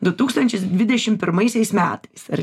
du tūkstančiais dvidešimt pirmaisiais metais ar